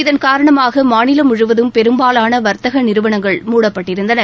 இதன் காரணமாக மாநிலம் முழுவதும் பெரும்பாவான வாத்தக நிறுவனங்கள் மூடப்பட்டிருந்தன